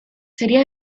sería